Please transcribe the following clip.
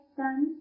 done